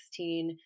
2016